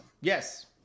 Yes